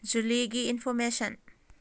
ꯖꯨꯂꯤꯒꯤ information